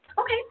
Okay